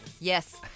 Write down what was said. Yes